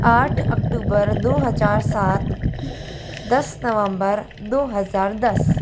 आठ अक्टूबर दो हज़ार सात दस नवम्बर दो हज़ार दस